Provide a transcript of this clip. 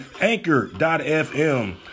Anchor.fm